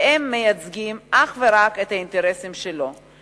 והם מייצגים אך ורק את האינטרסים שלו.